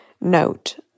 note